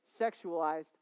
sexualized